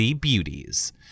beauties